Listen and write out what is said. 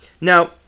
Now